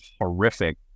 horrific